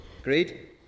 Agreed